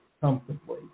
comfortably